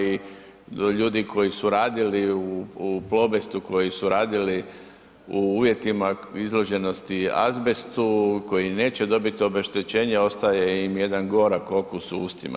I ljudi koji su radili u Plobestu, koji su radili u uvjetima izloženosti azbestu, koji neće dobiti obeštećenje ostaje im jedan gorak okus u ustima.